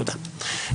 תודה.